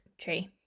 tree